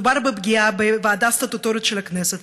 מדובר בפגיעה בוועדה סטטוטורית של הכנסת.